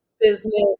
business